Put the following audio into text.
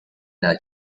era